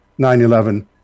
9-11